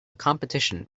competition